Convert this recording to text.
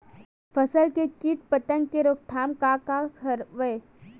फसल के कीट पतंग के रोकथाम का का हवय?